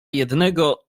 jednego